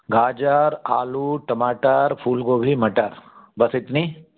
गाजर आलू टमाटर फूलगोभी मटर बस इतनी